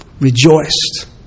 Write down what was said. rejoiced